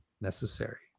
necessary